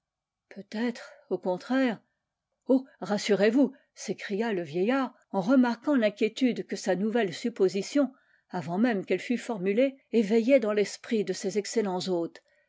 peutêtre au contraire oh rassurez-vous s'écria le vieillard en remarquant l'inquiétude que sa nouvelle supposition avant même qu'elle fût formulée éveillait dans l'esprit de ses excellents hôtes